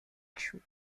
true